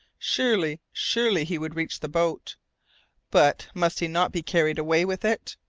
surely, surely he would reach the boat but must he not be carried away with it?